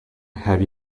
have